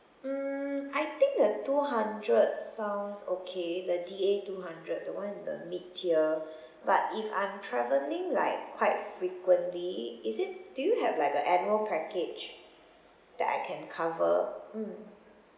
mm I think the two hundred sounds okay the D A two hundred the one with the mid-tier but if I'm travelling like quite frequently is it do you have like a annual package that I can cover mm